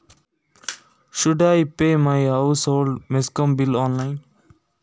ನನ್ನ ಮನೆಯ ಮೆಸ್ಕಾಂ ಬಿಲ್ ಅನ್ನು ಆನ್ಲೈನ್ ಇಂದ ಪೇ ಮಾಡ್ಬೇಕಾ?